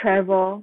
travel